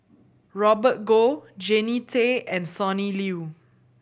Robert Goh Jannie Tay and Sonny Liew